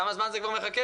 כמה זמן זה כבר מחכה?